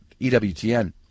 EWTN